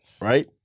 right